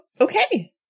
Okay